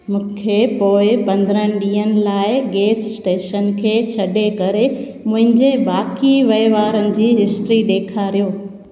मूंखे पोइ पंद्रहं ॾींहनि लाइ गैस स्टेशन खे छ्ॾे करे मुंहिंजे बाक़ी वहिंवारनि जी हिस्ट्री ॾेखारियो